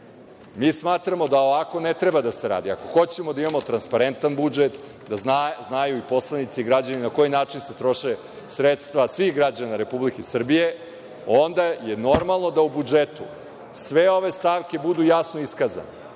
Srbije. Smatramo da ovako ne treba da se radi. Ako hoćemo da imamo transparentan budžet, da znaju i poslanici i građani na koji način se troše sredstva svih građana Republike Srbije, onda je normalno da u budžetu sve ove stavke budu jasno iskazane.